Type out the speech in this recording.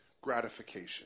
gratification